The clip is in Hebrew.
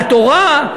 על תורה.